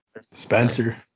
Spencer